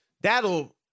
that'll